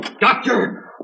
Doctor